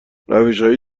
روشهای